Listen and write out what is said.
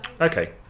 Okay